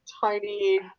tiny